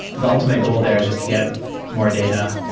the ultimate goal there is just to get more data,